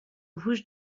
rouge